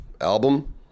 Album